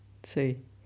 谁